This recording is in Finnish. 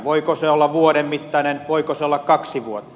voiko se olla vuoden mittainen voiko se olla kaksi vuotta